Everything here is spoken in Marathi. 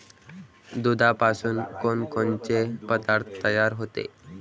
दुधापासून कोनकोनचे पदार्थ तयार होते?